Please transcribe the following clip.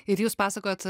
ir jūs pasakojot